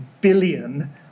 billion